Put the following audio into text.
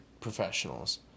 professionals